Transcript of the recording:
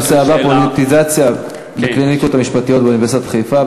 הנושא הבא: פוליטיזציה בקליניקות המשפטיות באוניברסיטת חיפה.